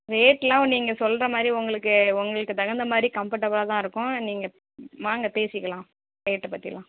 ரேட்லாம் ஒன்றும் இங்கே சொல்கிற மாதிரி உங்களுக்கு உங்களுக்கு தகுந்த மாதிரி கம்ஃபர்ட்டபுலாக தான் இருக்கும் நீங்கள் வாங்க பேசிக்கலாம் ரேட்டை பற்றிலாம்